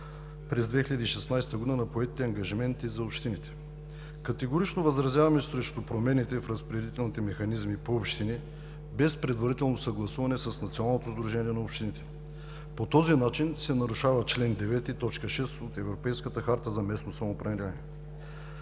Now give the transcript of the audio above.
през 2016 г. на поетите ангажименти за общините. Категорично възразяваме срещу промените в разпределителните механизми по общини, без предварително съгласуване с Националното сдружение на общините. По този начин се нарушава чл. 9, т. 6 от Европейската харта за местно самоуправление.